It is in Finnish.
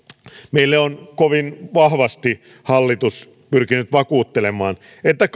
meille on kovin vahvasti hallitus pyrkinyt vakuuttelemaan että